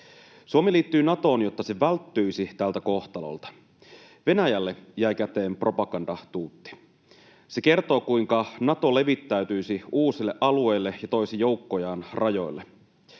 Suomi liittyi Natoon, jotta se välttyisi tältä kohtalolta. Venäjälle jäi käteen propagandatuutti. Se kertoo, kuinka Nato levittäytyisi uusille alueille ja toisi joukkojaan rajoille.